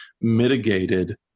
mitigated